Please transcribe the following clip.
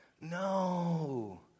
no